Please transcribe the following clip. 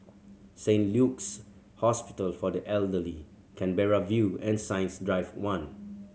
Saint Luke's Hospital for the Elderly Canberra View and Science Drive One